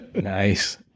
Nice